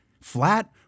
Flat